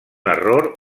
error